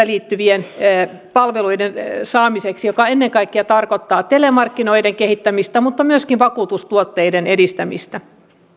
liittyvien palveluiden saamiseksi mikä ennen kaikkea tarkoittaa telemarkkinoiden kehittämistä mutta myöskin vakuutustuotteiden edistämistä